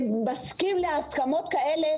ומסכים להסכמות כאלה,